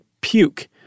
puke